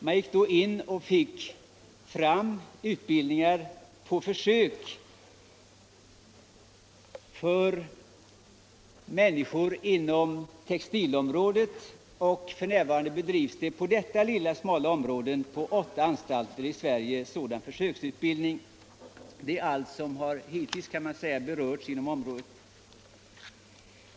Man fick till stånd en utbildning på försök inom textilområdet för textilkonservatorer, och f.n. bedrivs inom detta smala område sådan försöksutbildning på åtta anstalter i Sverige. Det är allt som hittills har hänt inom konservatorsutbildningen.